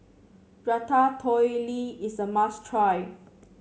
ratatouille is a must try